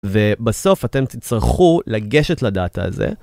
ובסוף אתם תצטרכו לגשת לדאטה הזה.